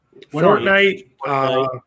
Fortnite